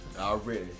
Already